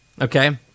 okay